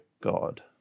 God